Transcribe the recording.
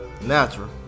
natural